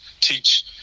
teach